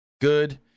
Good